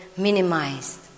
minimized